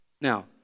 Now